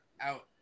out